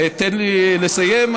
תן לי לסיים,